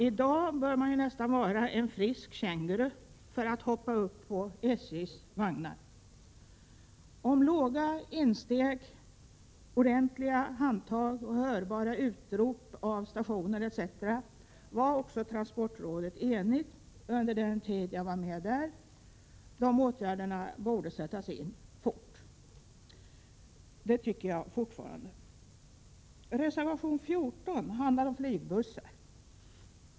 I dag bör man ju nästan vara spänstig som en känguru för att kunna hoppa på SJ:s vagnar. Låga insteg, ordentliga handtag och hörbara utrop av stationer etc. var åtgärder som transportrådet var enigt om under den tid jag var med där. Man sade att dessa åtgärder borde sättas in snarast. Det tycker jag fortfarande. Reservation 14 handlar om flygbussar.